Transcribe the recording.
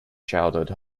childhood